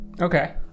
Okay